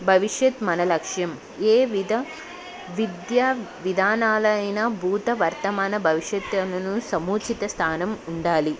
భవిష్యత్ మన లక్ష్యం ఏ విధ విద్యా విధానాలైనా భూతవర్తమాన భవిష్యత్తుకు సముచిత స్థానం ఉండాలి